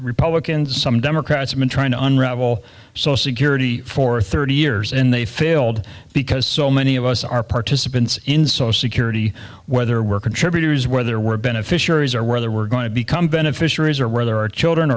republicans some democrats have been trying to unravel so security for thirty years and they failed because so many of us are participants in social security whether we're contributors whether we're beneficiaries or whether we're going to become beneficiaries or whether our children